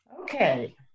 Okay